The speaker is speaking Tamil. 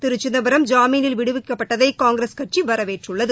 திருசிதம்பரம் ஜாமீனில் விடுவிக்கப்பட்டதைகாங்கிரஸ் கட்சிவரவேற்றுள்ளது